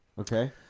Okay